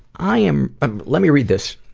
i am let me read this